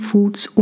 Foods